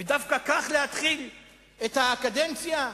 דווקא כך להתחיל את הקדנציה,